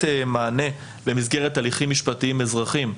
מענה במסגרת הליכים משפטיים אזרחיים,